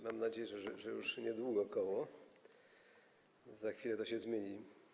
Mam nadzieję, że już niedługo koło, za chwilę to się zmieni.